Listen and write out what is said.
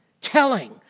telling